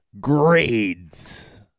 grades